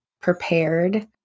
prepared